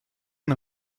une